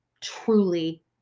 truly